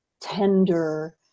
tender